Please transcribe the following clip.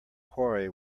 quarry